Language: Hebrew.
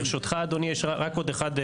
ברשותך אדוני, יש רק עוד אחד,